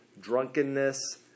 Drunkenness